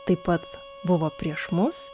taip pat buvo prieš mus